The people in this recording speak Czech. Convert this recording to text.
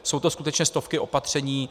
Jsou to skutečně stovky opatření.